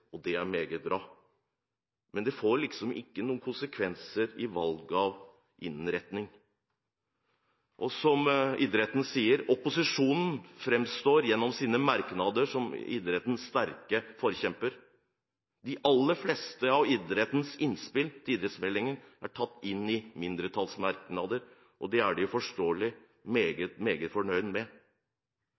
og det er meget bra, men det får ingen konsekvenser for valg av innretning. Som idretten sier: Opposisjonen framstår gjennom sine merknader som idrettens sterke forkjemper. De aller fleste av idrettens innspill til idrettsmeldingen er tatt inn i mindretallsmerknader, og det er forståelig at idretten er meget, meget fornøyd med